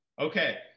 Okay